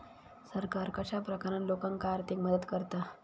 सरकार कश्या प्रकारान लोकांक आर्थिक मदत करता?